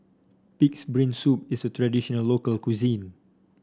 pig's brain soup is a traditional local cuisine